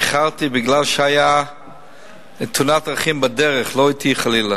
איחרתי כי היתה תאונת דרכים בדרך, לא אתי, חלילה.